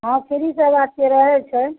हँ फ्री सेवा छियै रहय छै